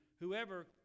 whoever